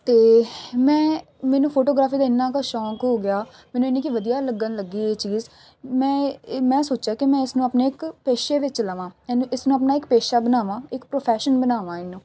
ਅਤੇ ਮੈਂ ਮੈਨੂੰ ਫੋਟੋਗ੍ਰਾਫੀ ਦਾ ਇੰਨਾ ਕੁ ਸ਼ੌਕ ਹੋ ਗਿਆ ਮੈਨੂੰ ਇੰਨੀ ਕੁ ਵਧੀਆ ਲੱਗਣ ਲੱਗੀ ਇਹ ਚੀਜ਼ ਮੈਂ ਮੈਂ ਸੋਚਿਆ ਕਿ ਮੈਂ ਇਸ ਨੂੰ ਆਪਣੇ ਇੱਕ ਪੇਸ਼ੇ ਵਿੱਚ ਲਵਾਂ ਇਹਨੂੰ ਇਸਨੂੰ ਆਪਣਾ ਇੱਕ ਪੇਸ਼ਾ ਬਣਾਵਾਂ ਇੱਕ ਪ੍ਰੋਫੈਸ਼ਨ ਬਣਾਵਾਂ ਇਹਨੂੰ